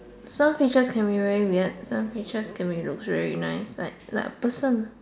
some teachers can be very weird some teachers can be looks very nice like like a person